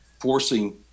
forcing